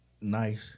nice